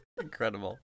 Incredible